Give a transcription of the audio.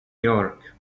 york